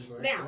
Now